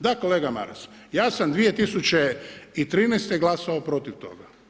Da kolega Maras, ja sam 2013. glasovao protiv toga.